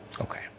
Okay